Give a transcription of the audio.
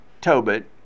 Tobit